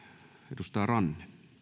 arvoisa